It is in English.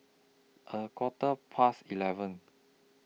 A Quarter Past eleven